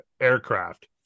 aircraft